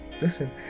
Listen